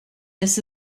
this